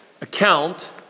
account